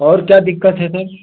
और क्या दिक्कत है सर